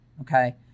okay